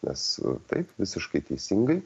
nes taip visiškai teisingai